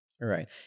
Right